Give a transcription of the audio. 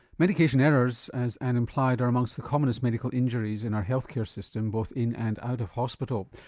medication errors as anne implied are amongst the commonest medical injuries in our health care system both in and out of hospital.